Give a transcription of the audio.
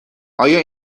آیا